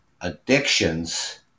addictions